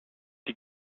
die